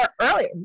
early